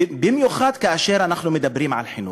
במיוחד כשאנחנו מדברים על חינוך.